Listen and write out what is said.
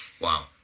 Wow